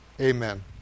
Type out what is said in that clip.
Amen